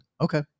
Okay